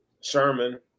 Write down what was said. Sherman